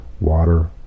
Water